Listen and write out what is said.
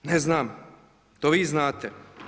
Ne znam ,to vi znate.